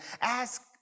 ask